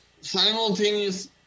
Simultaneous